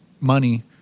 money